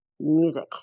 Music